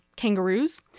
kangaroos